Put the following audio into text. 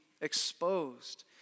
exposed